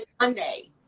Sunday